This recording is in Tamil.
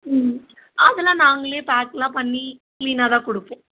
ம் அதெல்லாம் நாங்களே பேக்கெலாம் பண்ணி க்ளீனாக தான் கொடுப்போம்